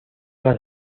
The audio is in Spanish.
las